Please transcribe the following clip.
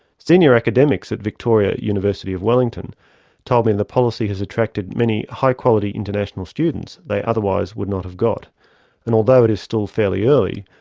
senior academics at victoria university of wellington told me the policy has attracted many high quality international students they otherwise would not have got and although it is still fairly early,